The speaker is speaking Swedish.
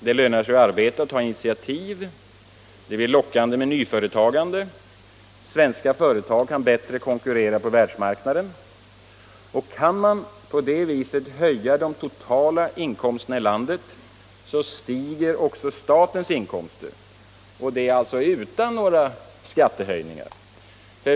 Det lönar sig att arbeta och ta initiativ. Det blir lockande med nyföretagande. Svenska företag kan bättre konkurrera på världsmarknaden. Kan man på det viset höja de totala inkomsterna i landet stiger också statens inkomster — och det alltså utan några skattehöjningar.